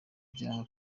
byaha